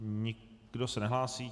Nikdo se nehlásí.